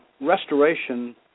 restoration